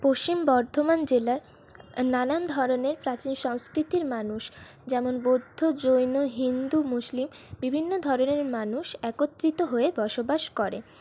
পশ্চিম বর্ধমান জেলার নানান ধরনের প্রাচীন সংস্কৃতির মানুষ যেমন বৌদ্ধ জৈন হিন্দু মুসলিম বিভিন্ন ধরনের মানুষ একত্রিত হয়ে বসবাস করে